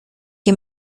que